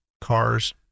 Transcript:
cars